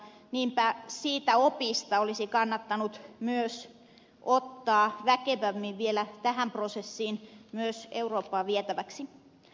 niinpä siitä opista olisi kannattanut myös ottaa väkevämmin vielä tähän prosessiin myös eurooppaan vietäväksi